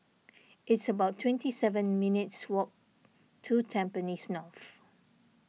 it's about twenty seven minutes' walk to Tampines North